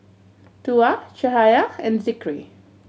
Tuah Cahaya and Zikri